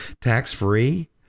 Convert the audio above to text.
tax-free